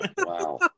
Wow